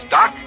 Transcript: Doc